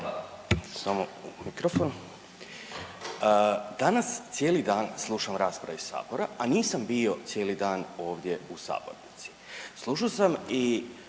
Danas cijeli dan slušam rasprave iz Sabora, a nisam bio cijeli dan ovdje u sabornici. Slušao sam i